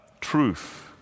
truth